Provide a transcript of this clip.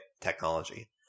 technology